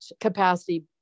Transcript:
capacity